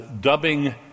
dubbing